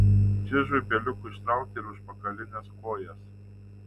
čižui beliko ištraukti ir užpakalines kojas